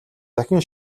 дахин